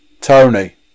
Tony